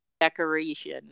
decoration